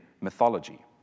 mythology